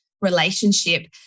relationship